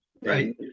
right